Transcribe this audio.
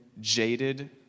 jaded